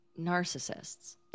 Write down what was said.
narcissists